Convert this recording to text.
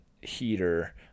heater